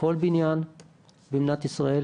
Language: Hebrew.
כל בניין במדינת ישראל